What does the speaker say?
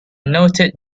noted